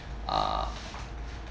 uh